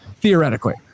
Theoretically